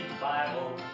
Bible